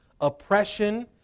oppression